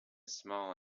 small